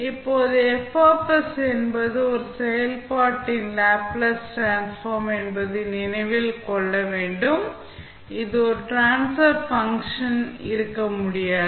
இப்போது F என்பது ஒரு செயல்பாட்டின் லேப்ளேஸ் டிரான்ஸ்ஃபார்ம் என்பதை நினைவில் கொள்ள வேண்டும் இது ஒரு ட்ரான்ஸபெர் பங்ஷன் இருக்க முடியாது